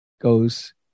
goes